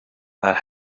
that